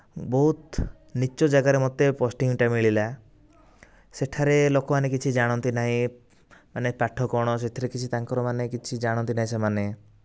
ବହୁତ ନୀଚ ଜାଗାରେ ମୋତେ ପୋଷ୍ଟିଂଟା ମିଳିଲା ସେଠାରେ ଲୋକମାନେ କିଛି ଜାଣନ୍ତି ନାହିଁ ମାନେ ପାଠ କ'ଣ ସେଥିରେ କିଛି ତାଙ୍କର ମାନେ କିଛି ଜାଣନ୍ତି ନାହିଁ ସେମାନେ